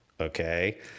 Okay